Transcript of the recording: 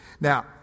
Now